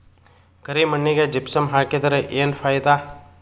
ಕರಿ ಮಣ್ಣಿಗೆ ಜಿಪ್ಸಮ್ ಹಾಕಿದರೆ ಏನ್ ಫಾಯಿದಾ?